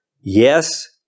Yes